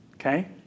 Okay